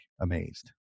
amazed